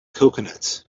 coconuts